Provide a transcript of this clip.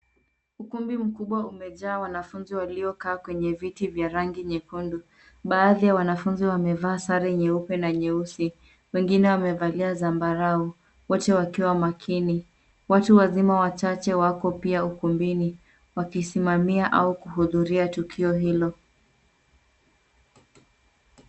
Ukumbi mkubwa umejaa wanafunzi waliokaa kwenye viti vya rangi nyekundu. Baadhi ya wanafunzi wamevaa sare nyeupe na nyeusi, wengine wamevalia zambarau, wote wakiwa makini. Watu wazima wachache wako pia ukumbini, wakisimamia au kuhudhuria tukio hilo.